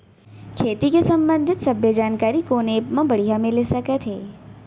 खेती के संबंधित सब्बे जानकारी कोन एप मा बढ़िया मिलिस सकत हे?